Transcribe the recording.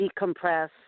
decompress